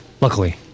Luckily